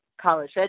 college